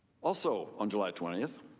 also on july twenty,